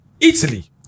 Italy